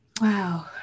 Wow